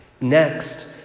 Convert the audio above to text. Next